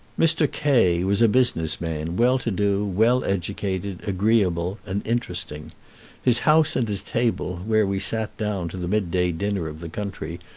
mr. k was a business man, well-to-do, well educated, agreeable, and interesting his house and his table, where we sat down to the mid-day dinner of the country,